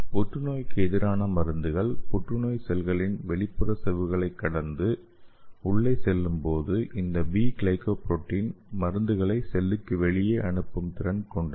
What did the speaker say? புற்றுநோய்க்கு எதிரான மருந்துகள் புற்றுநோய் செல்களின் வெளிப்புற சவ்வுகளைக் கடந்து உள்ளே செல்லும்போது இந்த பி கிளைகோபுரோட்டீன் மருந்துகளை செல்லுக்கு வெளியே அனுப்பும் திறன் கொண்டது